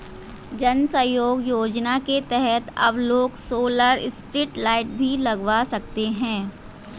जन सहयोग योजना के तहत अब लोग सोलर स्ट्रीट लाइट भी लगवा सकते हैं